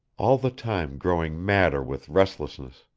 all the time growing madder with restlessness,